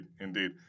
Indeed